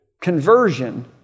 conversion